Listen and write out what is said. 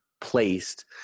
placed